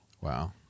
Wow